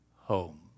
home